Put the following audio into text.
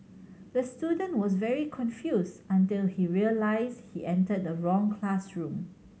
the student was very confused until he realised he entered the wrong classroom